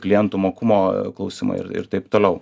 klientų mokumo klausimai ir ir taip toliau